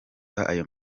ayo